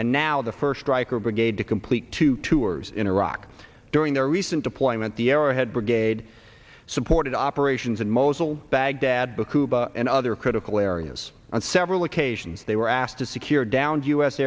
and now the first strike or brigade to complete two tours in iraq during their recent deployment the arrowhead brigade supported operations in mosul baghdad because and other critical areas on several occasions they were asked to secure downed u